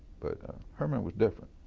but herman was different.